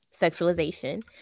sexualization